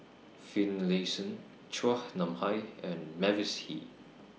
Finlayson Chua Nam Hai and Mavis Hee